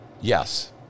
Yes